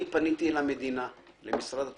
אני פניתי למדינה, למשרד התחבורה,